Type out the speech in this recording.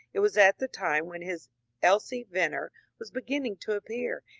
it was at the time when his elsie venner was beginning to appear,